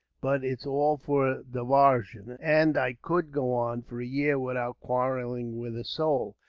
but it's all for divarsion and i could go on, for a year, without quarrelling with a soul.